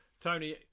Tony